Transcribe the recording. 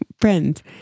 friends